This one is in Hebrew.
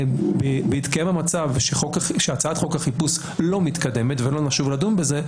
בהתקיים המצב שהצעת חוק החיפוש לא מתקדמת ולא נשוב לדון בזה,